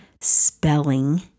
spelling